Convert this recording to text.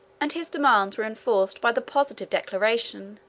and his demands were enforced by the positive declaration,